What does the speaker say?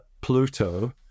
Pluto